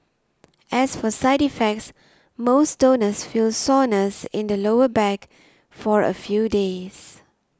as for side effects most donors feel soreness in the lower back for a few days